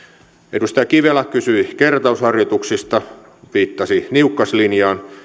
edustaja kivelä kysyi kertausharjoituksista viittasi niukkaslinjaan